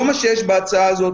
אבל לא זה מה שיש בהצעה הזאת.